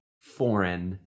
foreign